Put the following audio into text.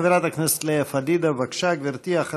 חברת הכנסת לאה פדידה, בבקשה, גברתי.